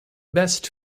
best